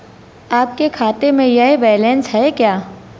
आपके खाते में यह बैलेंस है क्या?